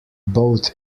both